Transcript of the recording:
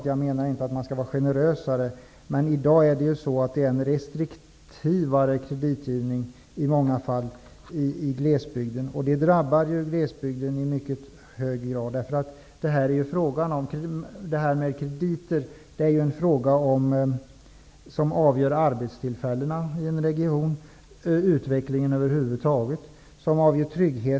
Jag menar inte att man skall vara generösare, men i dag är det i många fall en restriktivare kreditgivning i glesbygden, vilket drabbar glesbygden i mycket hög grad. Kreditgivningen kan ju vara en avgörande fråga för arbetstillfällen och för utvecklingen över huvud taget i en region.